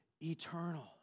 eternal